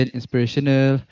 Inspirational